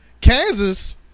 Kansas